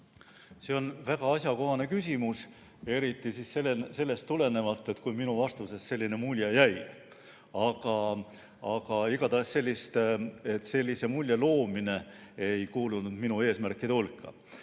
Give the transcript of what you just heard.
See on väga asjakohane küsimus, eriti siis, kui minu vastusest selline mulje jäi. Igatahes sellise mulje loomine ei kuulunud minu eesmärkide hulka.